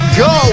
go